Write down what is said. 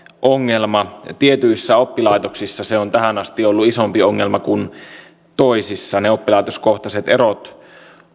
ongelma tietyissä oppilaitoksissa se on tähän asti ollut isompi ongelma kuin toisissa oppilaitoskohtaiset erot